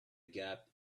gap